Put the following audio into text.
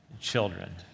children